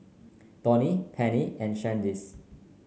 Donie Pennie and Shaniece